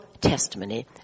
testimony